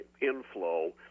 inflow